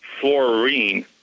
fluorine